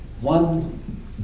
one